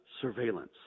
surveillance